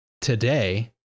today